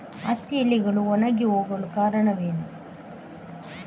ಹತ್ತಿ ಎಲೆಗಳು ಒಣಗಿ ಹೋಗಲು ಕಾರಣವೇನು?